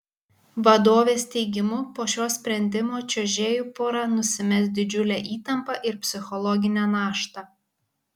vadovės teigimu po šio sprendimo čiuožėjų pora nusimes didžiulę įtampą ir psichologinę naštą